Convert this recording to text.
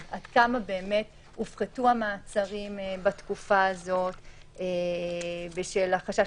עד כמה הופחתו המעצרים בתקופה הזאת בשל החשש